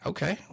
Okay